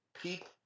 people